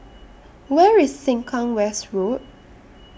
Where IS Sengkang West Road